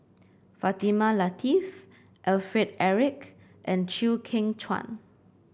Fatimah Lateef Alfred Eric and Chew Kheng Chuan